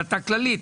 אתה כללית.